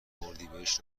اردیبهشت